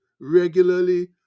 regularly